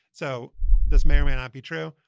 so this may or may not be true,